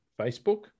Facebook